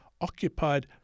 occupied